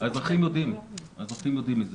האזרחים יודעים את זה.